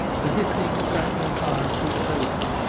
the hissing, crackling fire sweeps over,